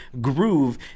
groove